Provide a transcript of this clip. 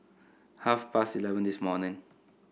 half past eleven this morning